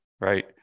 right